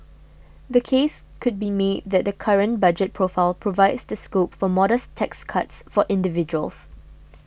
the case could be made that the current budget profile provides the scope for modest tax cuts for individuals